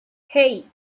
hey